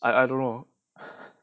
I I don't know